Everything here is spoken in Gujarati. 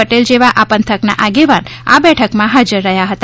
પટેલ જેવા આ પંથકના આગેવાન આ બેઠકમાં હાજર રહ્યા હતા